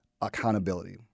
accountability